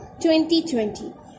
2020